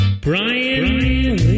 Brian